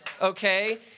okay